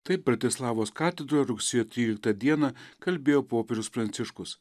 taip bratislavos katedroje rugsėjo tryliktą dieną kalbėjo popiežius pranciškus